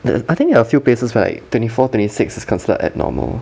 the I think there are a few places right like twenty four twenty six is considered abnormal